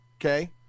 okay